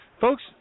Folks